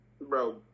bro